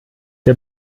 der